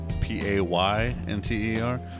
P-A-Y-N-T-E-R